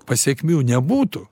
pasekmių nebūtų